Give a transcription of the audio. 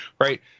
right